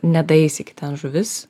nedaeis iki ten žuvis